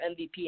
MVP